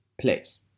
place